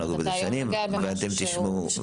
ואתה היום נוגע במשהו שפשוט הופקר.